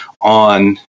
on